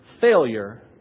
failure